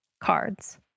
cards